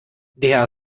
der